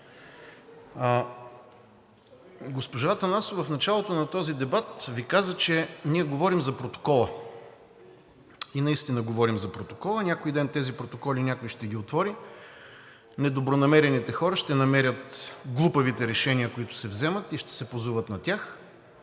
Госпожа Атанасова в началото на този дебат Ви каза, че ние говорим за протокола и наистина говорим за протокола. Някой ден тези протоколи някой ще ги отвори – недобронамерените хора ще намерят глупавите решения, които се вземат, и ще се позоват на тях,